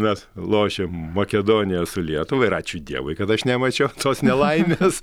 mes lošėm makedonija su lietuva ir ačiū dievui kad aš nemačiau tos nelaimės